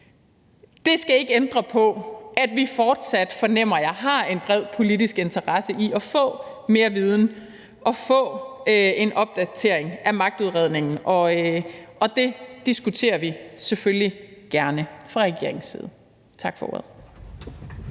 Det skal ikke ændre på det faktum, at vi fortsat, fornemmer jeg, har en bred politisk interesse i at få mere viden og få en opdatering af magtudredningen, og det diskuterer vi selvfølgelig gerne fra regeringens side. Tak for ordet.